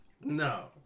No